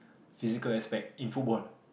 physical aspect in football